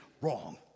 wrong